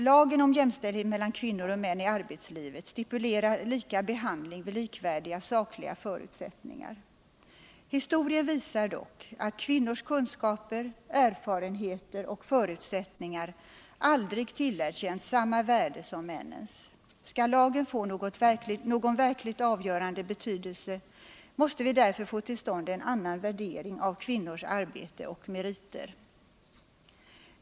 Lagen om jämställdhet mellan män och kvinnor i arbetslivet stipulerar lika behandling vid likvärdiga sakliga förutsättningar. Historien visar dock att kvinnors kunskaper, erfarenheter och förutsättningar aldrig tillerkänts samma värde som männens. Skall lagen få någon verkligt avgörande betydelse, måste vi därför få till stånd en annan värdering av kvinnors arbete och meriter.